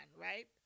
right